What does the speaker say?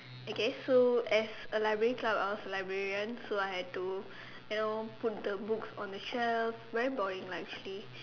okay so as a library club I was a librarian so I had to help put the books on the shelf very boring lah actually